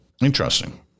interesting